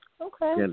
Okay